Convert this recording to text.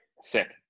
sick